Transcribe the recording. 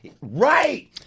Right